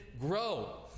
grow